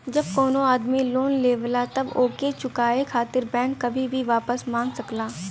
जब कउनो आदमी लोन लेवला तब ओके चुकाये खातिर बैंक कभी भी वापस मांग सकला